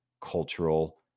cultural